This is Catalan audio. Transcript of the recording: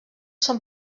són